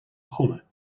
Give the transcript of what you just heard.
begonnen